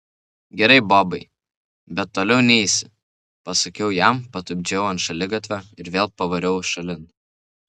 gerai bobai bet toliau neisi pasakiau jam patupdžiau ant šaligatvio ir vėl pavariau šalin